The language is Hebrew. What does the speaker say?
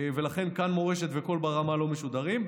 ולכן כאן מורשת וקול ברמה לא משודרים.